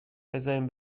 بذارین